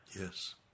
yes